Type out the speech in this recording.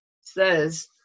says